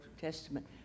Testament